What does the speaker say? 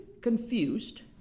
confused